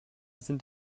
sind